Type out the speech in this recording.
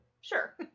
Sure